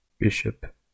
bishop